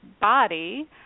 body